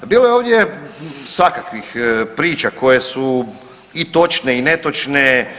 Bilo je ovdje svakakvih priča koje su i točne i netočne.